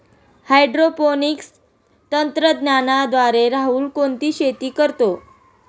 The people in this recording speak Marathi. हायड्रोपोनिक्स तंत्रज्ञानाद्वारे राहुल कोणती शेती करतो?